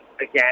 again